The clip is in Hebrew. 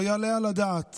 לא יעלה על הדעת